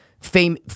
fame